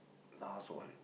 last one